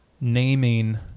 naming